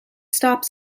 stops